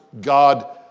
God